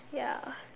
ya